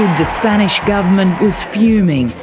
the spanish government was fuming,